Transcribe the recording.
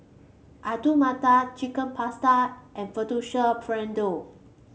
Alu Matar Chicken Pasta and Fettuccine Alfredo